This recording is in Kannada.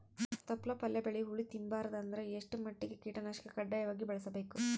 ತೊಪ್ಲ ಪಲ್ಯ ಬೆಳಿ ಹುಳ ತಿಂಬಾರದ ಅಂದ್ರ ಎಷ್ಟ ಮಟ್ಟಿಗ ಕೀಟನಾಶಕ ಕಡ್ಡಾಯವಾಗಿ ಬಳಸಬೇಕು?